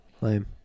Lame